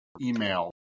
email